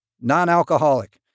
non-alcoholic